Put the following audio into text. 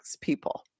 people